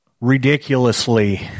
ridiculously